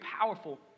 powerful